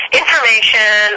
information